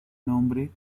nombre